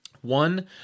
one